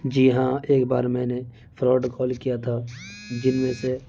جی ہاں ایک بار میں نے فراڈ کال کیا تھا جن میں سے